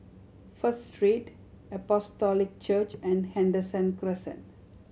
First Street Apostolic Church and Henderson Crescent